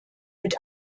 mit